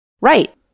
Right